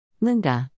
Linda